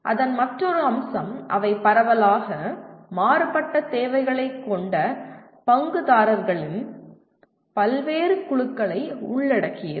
அதன் மற்றொரு அம்சம் அவை பரவலாக மாறுபட்ட தேவைகளைக் கொண்ட பங்குதாரர்களின் பல்வேறு குழுக்களை உள்ளடக்கியது